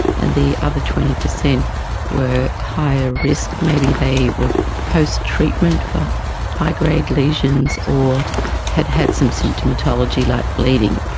and the other twenty percent were higher risk, maybe they were post-treatment for high-grade lesions or had had some symptomatology like bleeding.